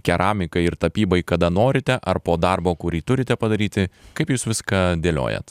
keramikai ir tapybai kada norite ar po darbo kurį turite padaryti kaip jūs viską dėliojat